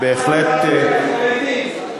החרדית.